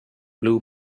blue